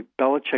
Belichick